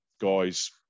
guys